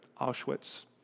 Auschwitz